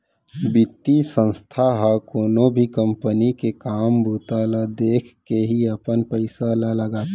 बितीय संस्था ह कोनो भी कंपनी के काम बूता ल देखके ही अपन पइसा ल लगाथे